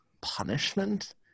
punishment